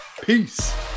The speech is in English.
peace